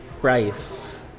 price